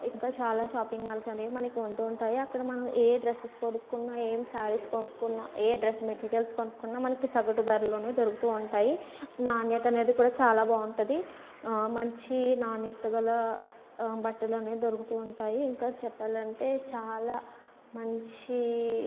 ఇక చాలా shopping malls అనేవి మనకి ఉంటూ ఉంటాయి అక్కడ మనం ఏ డ్రెస్సెస్ కొనుక్కున్న ఏం సారీస్ కొనుక్కున్న ఏ డ్రెస్ మెటీరియల్స్ కొనుక్కున్న మనకి సగటు ధరలోనే దొరుకుతూ ఉంటాయి నాణ్యత అనేది కూడా చాలా బాగుంటుంది మంచి నాణ్యత గల బట్టలన్నీ దొరుకుతుంటాయి ఇంకా చెప్పాలంటే చాలా మంచి